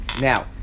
now